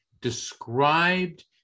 described